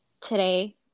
today